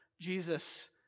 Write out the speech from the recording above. Jesus